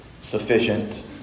sufficient